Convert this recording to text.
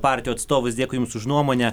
partijų atstovus dėkui jums už nuomonę